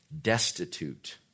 destitute